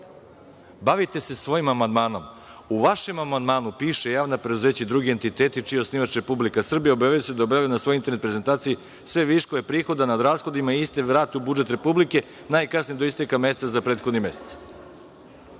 Bavite se svojim amandmanom. U vašem amandmanu piše: „Javna preduzeća i drugi entiteti čiji je osnivač Republika Srbija obavezuju se da objavljuju na svojoj internet prezentaciji sve viškove prihoda nad rashodima i iste vrate u budžet Republike, najkasnije do isteka meseca za prethodni mesec.“Niste